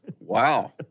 Wow